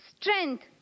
Strength